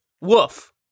Woof